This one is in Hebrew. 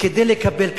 כדי לקבל?